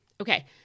Okay